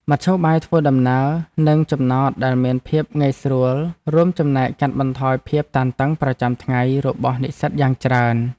មធ្យោបាយធ្វើដំណើរនិងចំណតដែលមានភាពងាយស្រួលរួមចំណែកកាត់បន្ថយភាពតានតឹងប្រចាំថ្ងៃរបស់និស្សិតយ៉ាងច្រើន។